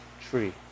tree